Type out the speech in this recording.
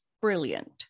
brilliant